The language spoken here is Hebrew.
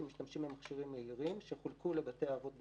הם משתמשים במכשירים מהירים שחולקו לבתי האבות בחינם.